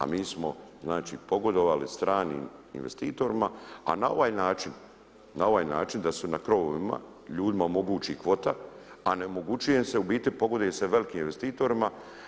A mi smo, znači pogodovali stranim investitorima a na ovaj način da su na krovovima ljudima omogući kvota, a ne omogućuje im se, u biti pogoduje se velikim investitorima.